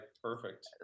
Perfect